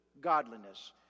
godliness